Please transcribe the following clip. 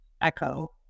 echo